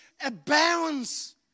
abounds